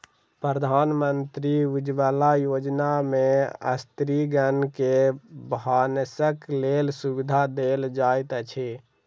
प्रधानमंत्री उज्ज्वला योजना में स्त्रीगण के भानसक लेल सुविधा देल जाइत अछि